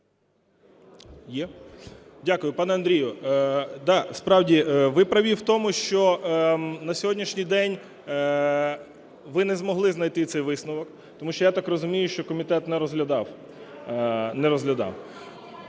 Дякую. Пане Андрію, да, справді, ви праві в тому, що на сьогоднішній день ви не змогли знайти цей висновок. Тому що я так розумію, що комітет не розглядав.